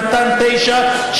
נתן 9,